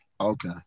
Okay